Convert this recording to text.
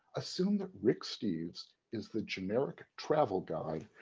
assume that rick steves is the generic travel guide,